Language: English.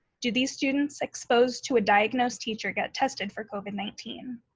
do these students exposed to a diagnosed teacher get tested for covid nineteen?